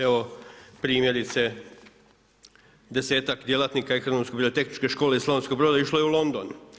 Evo primjerice desetak djelatnika Ekonomsko-birotehničke škole iz Slavonskog Broda išlo je u London.